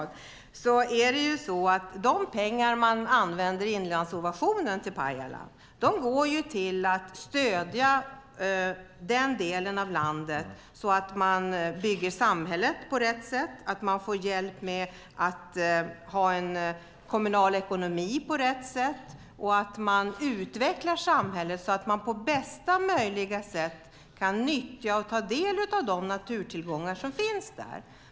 De pengar man använder till Pajala i Inlandsinnovation går till att stödja den delen av landet, så att man bygger samhället på rätt sätt, får hjälp med att ha en kommunal ekonomi på rätt sätt och utvecklar samhället så att man på bästa möjliga sätt kan nyttja och ta del av de naturtillgångar som finns där.